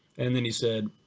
and then he said,